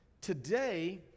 today